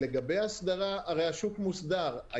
לגבי הסדרה, השוק הרי מוסדר.